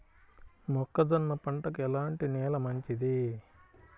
మొక్క జొన్న పంటకు ఎలాంటి నేల మంచిది?